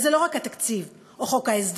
וזה לא רק התקציב או חוק ההסדרים,